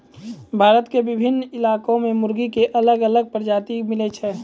भारत के भिन्न भिन्न इलाका मॅ मुर्गा के अलग अलग प्रजाति मिलै छै